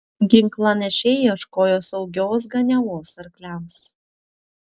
ginklanešiai ieškojo saugios ganiavos arkliams